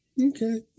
okay